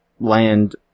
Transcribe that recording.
land